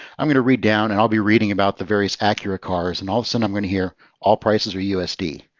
i'm going to read down. and i'll be reading about the various acura cars. and all of a sudden, i'm going to hear all prices are usd.